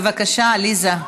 בבקשה, עליזה.